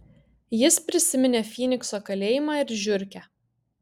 jis prisiminė fynikso kalėjimą ir žiurkę